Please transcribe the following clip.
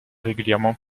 régulièrement